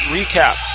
Recap